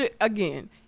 again